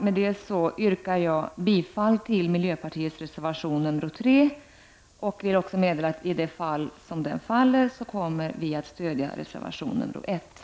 Med detta yrkar jag bifall till miljöpartiets reservation nr 3, och jag vill också meddela att vi om den faller kommer att stödja reservation nr 1.